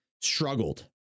struggled